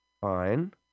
Fine